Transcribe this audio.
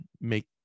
make